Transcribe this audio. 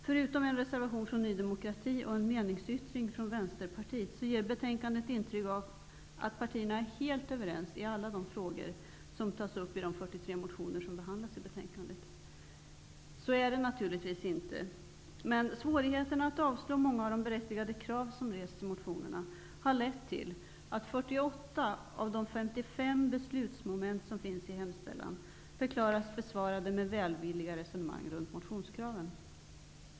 Förutom en reservation från Ny demokrati och en meningsyttring från Vänsterpartiet ger betänkandet intryck av att partierna är helt överens i alla de frågor som tas upp i de 43 motioner som behandlas i betänkandet. Så är det naturligtvis inte. Men svårigheterna att avslå många av de berättigade krav som har rests i motionerna har lett till att 48 av de 55 beslutsmoment som finns i hemställan förklaras besvarade med välvilliga resonemang runt motionskraven.